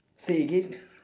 say again